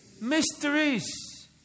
Mysteries